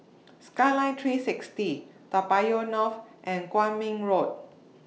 Skyline three sixty Toa Payoh North and Kwong Min Road